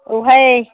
औहाय